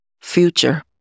Future